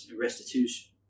restitution